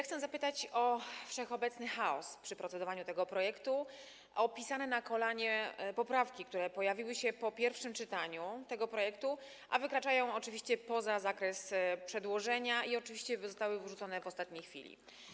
Chcę zapytać o wszechobecny chaos przy procedowaniu nad tym projektem, o pisane na kolanie poprawki, które pojawiły się po pierwszym czytaniu tego projektu, a wykraczają oczywiście poza zakres przedłożenia i zostały oczywiście wrzucone w ostatniej chwili.